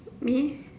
me